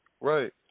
Right